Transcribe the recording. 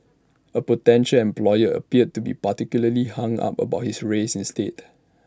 A potential employer appeared to be particularly hung up about his race instead